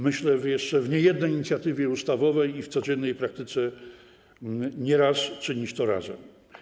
Myślę, że jeszcze w niejednej inicjatywie ustawowej i w codziennej praktyce nieraz będziemy czynić to razem.